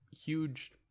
huge